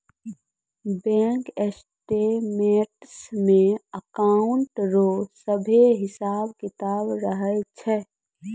bank statements मे account रो सभे हिसाब किताब रहै छै